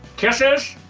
kisses?